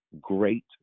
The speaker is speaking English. great